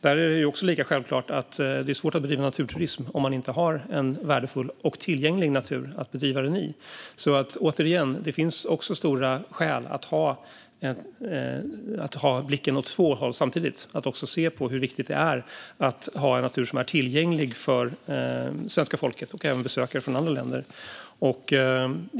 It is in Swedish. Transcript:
Där är det också lika självklart att det är svårt att bedriva naturturism om man inte har en värdefull och tillgänglig natur att bedriva den i. Återigen finns det alltså starka skäl att ha blicken åt två håll samtidigt, att också se hur viktigt det är att ha en natur som är tillgänglig för svenska folket och även besökare från andra länder.